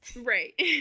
Right